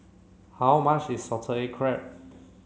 how much is Salted Egg Crab